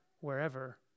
wherever